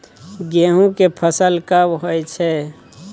गेहूं के फसल कब होय छै?